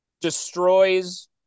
destroys